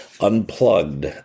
Unplugged